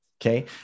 Okay